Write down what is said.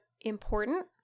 important